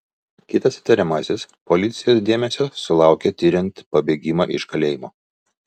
kitas įtariamasis policijos dėmesio sulaukė tiriant pabėgimą iš kalėjimo